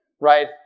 right